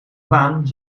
baan